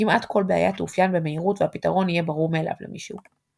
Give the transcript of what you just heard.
כמעט כל בעיה תאופיין במהירות והפתרון יהיה ברור מאליו למישהו.